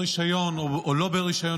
ברישיון או שלא ברישיון,